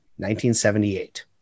1978